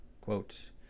Quote